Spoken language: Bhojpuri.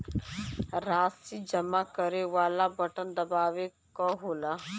राशी जमा करे वाला बटन दबावे क होला